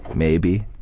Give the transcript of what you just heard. maybe,